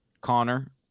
Connor